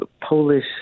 Polish